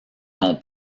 non